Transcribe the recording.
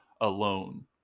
alone